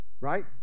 right